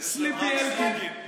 בצד אחד, Sleepy אלקין.